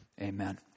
Amen